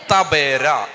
Tabera